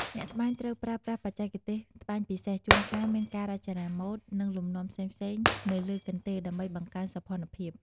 អ្នកត្បាញត្រូវប្រើប្រាស់បច្ចេកទេសត្បាញពិសេស ជួនកាលមានការរចនាម៉ូត ឬលំនាំផ្សេងៗនៅលើកន្ទេល ដើម្បីបង្កើនសោភ័ណភាព។